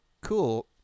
Cool